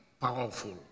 powerful